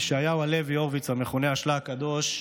ישעיהו הלוי הורוביץ, המכונה השל"ה הקדוש,